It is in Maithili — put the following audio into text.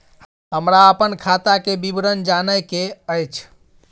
हमरा अपन खाता के विवरण जानय के अएछ?